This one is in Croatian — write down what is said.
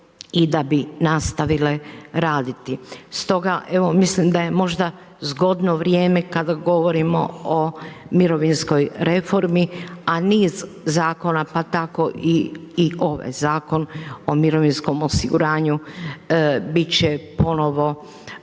i da bi nastavile raditi. Stoga mislim da je zgodno vrijeme kada govorimo o mirovinskoj reformi, a niz zakona pa tako i ovaj Zakon o mirovinskom osiguranju bit će ponovo